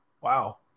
Wow